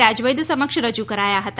રાજવૈદ્ય સમક્ષ રજૂ કરાયા હતા